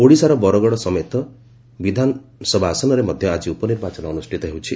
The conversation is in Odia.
ଓଡ଼ିଶାର ବରଗଡ଼ ବିଧାନସଭା ଆସନରେ ମଧ୍ୟ ଆକି ଉପନିର୍ବାଚନ ଅନୁଷ୍ଠିତ ହେଉଛି